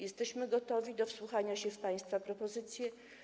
Jesteśmy gotowi do wsłuchania się w państwa propozycje.